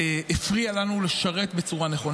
שמרנו בשער פאטמה,